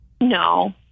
No